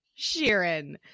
Sheeran